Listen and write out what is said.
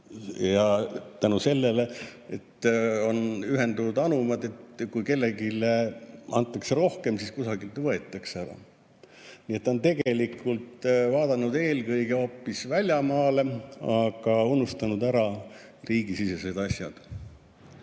Ja selle tõttu, et on ühendatud anumad, siis kui kellelegi antakse rohkem, siis kusagilt võetakse ära. Nii et ta on tegelikult vaadanud eelkõige hoopis väljamaale ja unustanud ära riigisisesed asjad.